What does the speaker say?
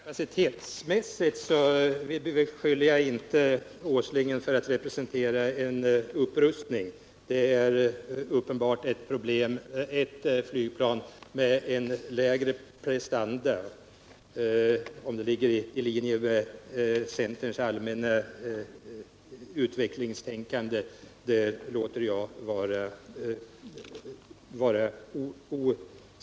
Herr talman! Jag beskyller inte Åslingen för att kapacitetsmässigt representera en upprustning som stridsflygplan. Det är uppenbarligen ett flygplan med lägre prestanda än Viggen. Om det ligger i linje med centerns allmänna utvecklingstänkande låter jag vara osagt.